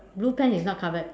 blue pants is not covered